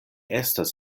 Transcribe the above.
estas